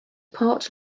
part